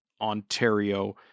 Ontario